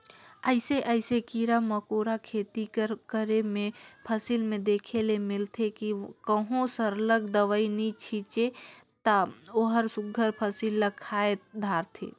अइसे अइसे कीरा मकोरा खेती कर करे में फसिल में देखे ले मिलथे कि कहों सरलग दवई नी छींचे ता ओहर सुग्घर फसिल ल खाए धारथे